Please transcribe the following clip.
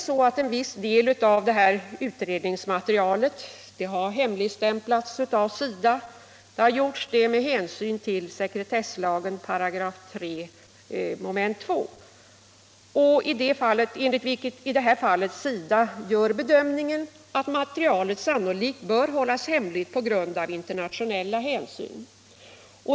Ja, en viss del av utredningsmaterialet har hemligstämplats av SIDA. Det har gjorts med hänsyn till sekretesslagens 3§ mom. 2. SIDA har gjort bedömningen att materialet sannolikt bör hållas hemligt på grund av internationella hänsyn.